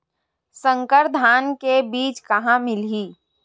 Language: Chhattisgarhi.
संकर धान के बीज कहां मिलही?